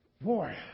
boy